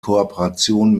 kooperation